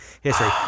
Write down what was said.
history